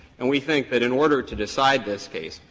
and we think that in order to decide this case,